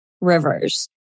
rivers